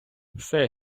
все